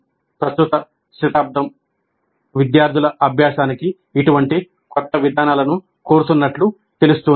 ప్రస్తుత శతాబ్దం విద్యార్థుల అభ్యాసానికి ఇటువంటి క్రొత్త విధానాలను కోరుతున్నట్లు తెలుస్తోంది